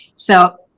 so,